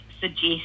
suggest